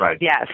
Yes